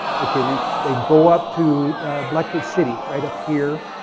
okay they and they and go up to blackfoot city, right up here,